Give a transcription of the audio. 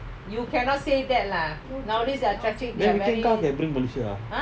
then weekend car can bring malaysia ah